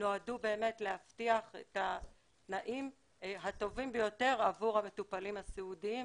נועדו להבטיח את התנאים הטובים ביותר עבור המטופלים הסיעודיים.